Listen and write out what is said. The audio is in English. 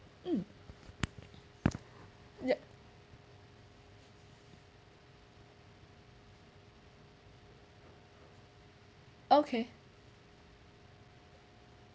mm yup okay